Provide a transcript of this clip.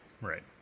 Right